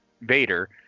Vader